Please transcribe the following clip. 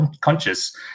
conscious